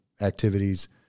activities